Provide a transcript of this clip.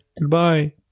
Goodbye